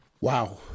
Wow